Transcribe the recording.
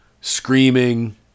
screaming